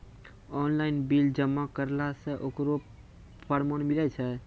Online bill जमा करला से ओकरौ परमान मिलै छै?